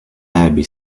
arabi